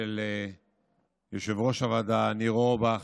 של יושב-ראש הוועדה ניר אורבך.